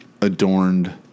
adorned